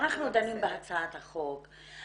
אנחנו דנים בהצעת החוק.